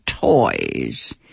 toys